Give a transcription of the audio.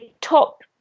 top